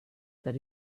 that